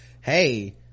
hey